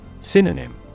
Synonym